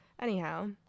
anyhow